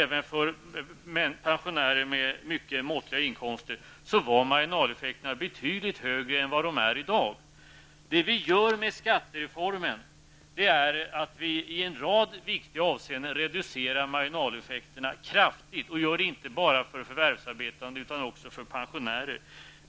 Även för pensionärer med mycket måttliga inkomster var marginaleffekterna betydligt högre än i dag. Med hjälp av skattereformen reducerar vi en rad viktiga marginaleffekter kraftigt. Det görs inte bara för de förvärvsarbetande utan också för pensionärerna.